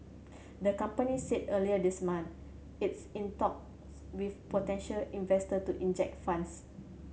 the company said earlier this month it's in talks with potential investor to inject funds